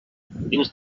dins